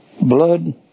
blood